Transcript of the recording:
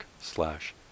slash